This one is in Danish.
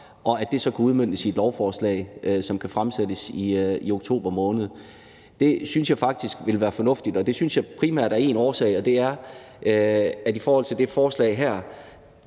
og at den så kan udmøntes i et lovforslag, som kan fremsættes i oktober måned. Det synes jeg faktisk ville være fornuftigt. Det synes jeg primært af én årsag, og det er, at i forhold til det her